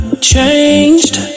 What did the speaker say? changed